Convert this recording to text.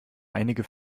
einige